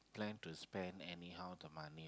plan to spend anyhow the money